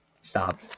stop